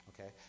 Okay